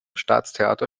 staatstheater